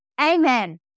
Amen